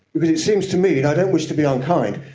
because it seems to me, and i don't wish to be unkind,